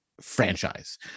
franchise